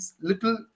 little